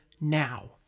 now